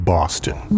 Boston